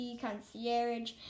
concierge